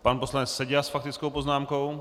Pan poslanec Seďa s faktickou poznámkou.